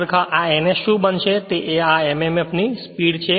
ખરેખર આ ns શું બનશે તે આ mmf ની સ્પીડ છે